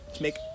make